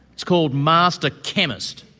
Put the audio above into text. it's called master chemist.